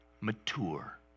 mature